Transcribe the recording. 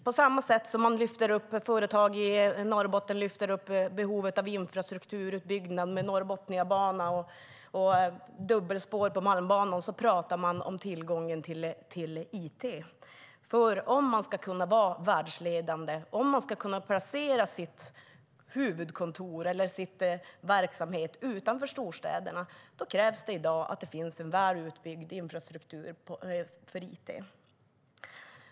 På samma sätt som företag i Norrbotten lyfter fram behovet av infrastrukturutbyggnad med Norrbotniabanan och dubbelspår på Malmbanan pratar man om tillgången till it. Om man ska kunna vara världsledande och vill lokalisera sitt huvudkontor och sin verksamhet utanför storstäderna, då krävs det att det finns en väl utbyggd infrastruktur för it.